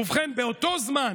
ובכן, באותו זמן